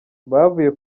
bavuye